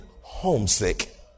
homesick